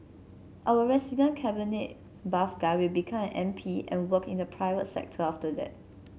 our resident cabinet buff guy will become an M P and work in the private sector after that